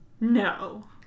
No